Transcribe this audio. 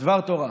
דבר תורה,